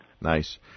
Nice